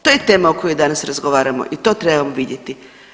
To je tema o kojoj danas razgovaramo i to trebamo vidjeti.